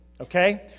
Okay